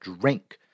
drink